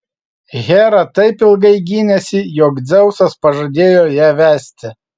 hera taip ilgai gynėsi jog dzeusas pažadėjo ją vesti